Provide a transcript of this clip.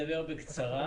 לזה.